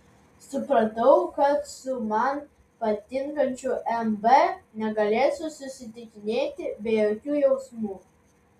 supratau kad su man patinkančiu m b negalėsiu susitikinėti be jokių jausmų